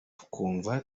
tukumva